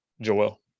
Joel